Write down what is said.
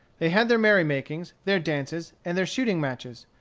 they had their merry-makings, their dances, and their shooting-matches.